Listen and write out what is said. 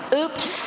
Oops